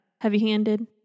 heavy-handed